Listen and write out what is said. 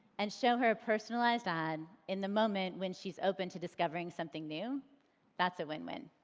and show her a personalized ad in the moment when she's open to discovering something new that's a win-win.